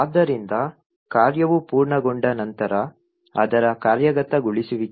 ಆದ್ದರಿಂದ ಕಾರ್ಯವು ಪೂರ್ಣಗೊಂಡ ನಂತರ ಅದರ ಕಾರ್ಯಗತಗೊಳಿಸುವಿಕೆಯನ್ನು ನಾವು ಕೋಡ್ನಂತೆ ನೋಡುತ್ತೇವೆ